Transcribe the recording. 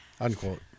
Unquote